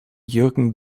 jürgen